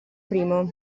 primo